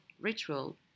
ritual